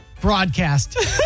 broadcast